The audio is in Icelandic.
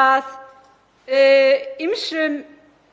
að ýmsum